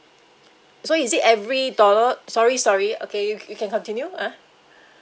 so is it every dollar sorry sorry okay you you can continue ah